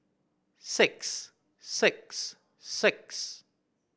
six six six